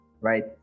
right